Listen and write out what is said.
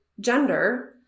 gender